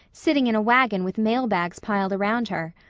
sitting in a wagon with mail bags piled around her.